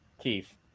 Keith